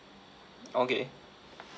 okay